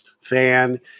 fan